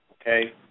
Okay